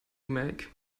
make